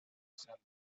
sent